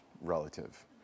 relative